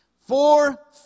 Four